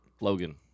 Logan